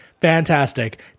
Fantastic